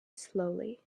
slowly